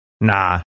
Nah